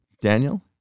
Daniel